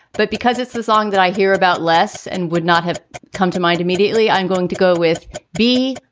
but because it's the song that i hear about less and would not have come to mind immediately, i'm going to go with b,